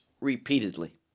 repeatedly